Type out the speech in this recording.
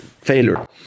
failure